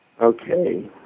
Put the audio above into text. Okay